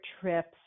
trips